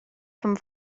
vom